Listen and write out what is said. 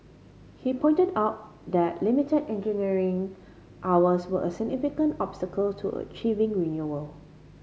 he pointed out that limited engineering hours were a significant obstacle to achieving renewal